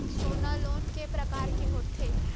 सोना लोन के प्रकार के होथे?